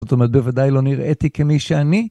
זאת אומרת, בוודאי לא נראיתי כמי שאני.